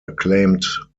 acclaimed